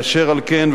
אשר על כן,